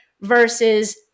versus